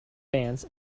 bands